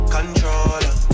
Controller